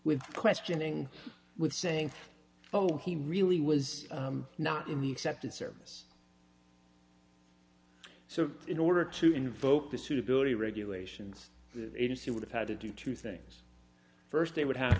with questioning with saying oh he really was not in the excepted service so in order to invoke the suitability regulations the agency would have had to do two things st they would have